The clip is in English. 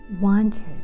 wanted